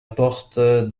porte